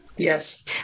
Yes